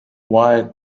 why